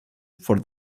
for